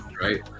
right